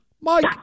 Mike